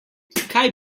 kaj